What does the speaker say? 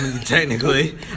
Technically